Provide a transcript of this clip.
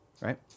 Right